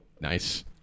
nice